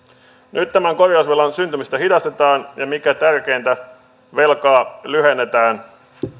nyt tämän korjausvelan syntymistä hidastetaan ja mikä tärkeintä velkaa lyhennetään